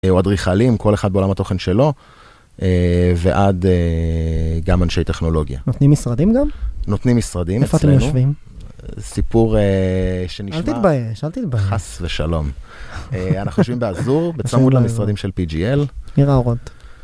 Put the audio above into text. אדריכלים, כל אחד בעולם התוכן שלו ועד גם אנשי טכנולוגיה. נותנים משרדים גם? נותנים משרדים אצלנו. איפה אתם יושבים? סיפור שנשמע... אל תתבייש, אל תתבייש. חס ושלום. אנחנו יושבים באזור, בצמוד למשרדים של PGL. עיר האורות.